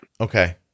Okay